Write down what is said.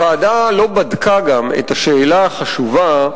הוועדה לא בדקה גם את השאלה החשובה,